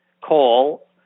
call